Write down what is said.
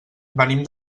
venim